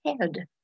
head